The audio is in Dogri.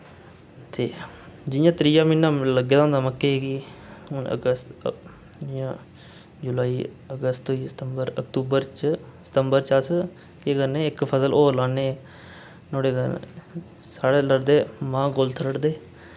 ते जि'यां त्रीया म्हीना लग्गे दा होंदा मक्कें गी हून अगस्त जि'यां जुलाई अगस्त होई गेआ सितम्बर अक्तूबर च सितम्बर च अस केह् करने इक फसल और लान्ने नुआढ़े साढ़े रढ़दे माह् कुल्थ रढ़दे